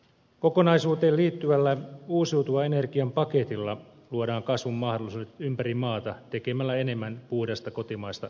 kokonaisuuteen liittyvällä uusiutuvan ener gian paketilla luodaan kasvun mahdollisuudet ympäri maata tekemällä enemmän puhdasta kotimaista energiaa